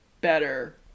better